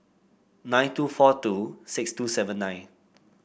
nine two four two six two seven nine